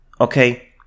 okay